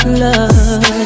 love